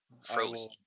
Frozen